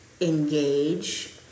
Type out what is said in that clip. engage